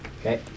Okay